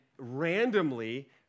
Randomly